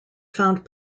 found